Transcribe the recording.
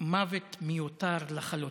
מוות מיותר לחלוטין.